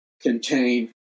contain